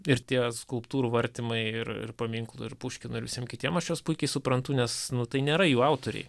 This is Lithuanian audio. ir tie skulptūrų vartymai ir ir paminklų ir puškino ir visiem kitiem aš juos puikiai suprantu nes nu tai nėra jų autoriai